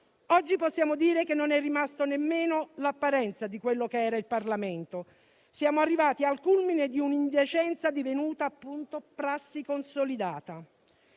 Oggi possiamo dire che non è rimasta nemmeno l'apparenza di quello che era il Parlamento: siamo arrivati al culmine di un'indecenza divenuta, appunto, prassi consolidata.